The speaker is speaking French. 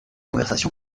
conversation